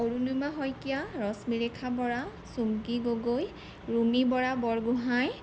Arunima Saikia Rashmirekha Bora Chumki Gogoi Rumi Bora Borgohain